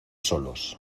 solos